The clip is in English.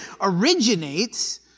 originates